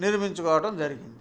నిర్మించుకోవటం జరిగింది